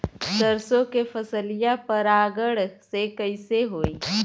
सरसो के फसलिया परागण से कईसे होई?